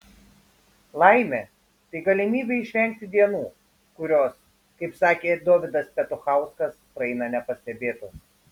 laimė tai galimybė išvengti dienų kurios kaip sakė dovydas petuchauskas praeina nepastebėtos